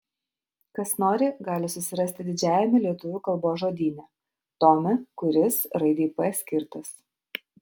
kas nori gali susirasti didžiajame lietuvių kalbos žodyne tome kuris raidei p skirtas